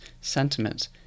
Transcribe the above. sentiment